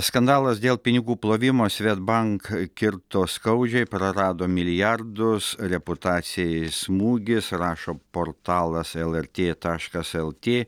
skandalas dėl pinigų plovimo svedbank kirto skaudžiai prarado milijardus reputacijai smūgis rašo portalas lrt taškas lt